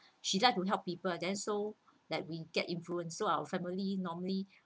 she liked to help people then so like we get influence so our family normally